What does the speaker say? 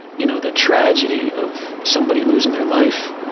you know, the tragedy of somebody losing their life,